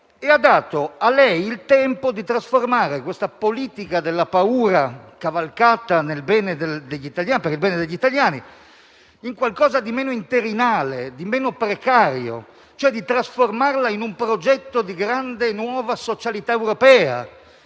le ha dato il tempo di trasformare questa politica della paura, cavalcata per il bene degli italiani, in qualcosa di meno interinale, di meno precario; le ha dato il tempo di trasformarla cioè in un progetto di grande e nuova socialità europea,